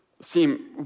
seem